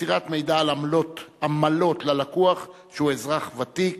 (מסירת מידע על עמלות ללקוח שהוא אזרח ותיק).